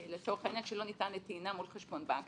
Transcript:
לצורך העניין, שלא ניתן לטעינה מול חשבון בנק.